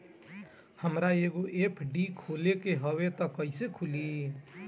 हमरा एगो एफ.डी खोले के हवे त कैसे खुली?